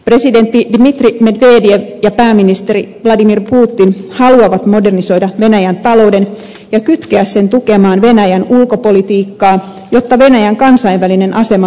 presidentti dmitri medvedev ja pääministeri vladimir putin haluavat modernisoida venäjän talouden ja kytkeä sen tukemaan venäjän ulkopolitiikkaa jotta venäjän kansainvälinen asema lujittuisi